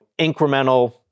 incremental